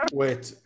wait